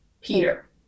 Peter